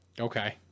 Okay